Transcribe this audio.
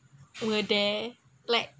were there like